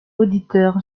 auditeur